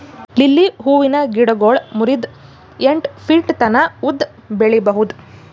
lily ಹೂವಿನ ಗಿಡಗೊಳ್ ಮೂರಿಂದ್ ಎಂಟ್ ಫೀಟ್ ತನ ಉದ್ದ್ ಬೆಳಿಬಹುದ್